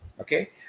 Okay